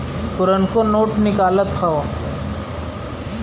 पुरनको नोट निकालत हौ